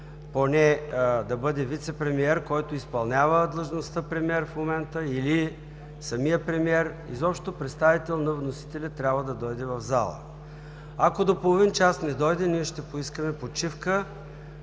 поне да бъде вицепремиер, който изпълнява в момента длъжността премиер или самият премиер, изобщо представител на вносителя трябва да дойде в залата. Ако до половин час не дойде, ние ще поискаме почивка